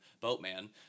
Boatman